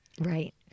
Right